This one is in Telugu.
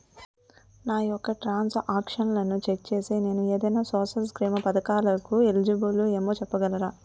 నా యెక్క ట్రాన్స్ ఆక్షన్లను చెక్ చేసి నేను ఏదైనా సోషల్ స్కీం పథకాలు కు ఎలిజిబుల్ ఏమో చెప్పగలరా?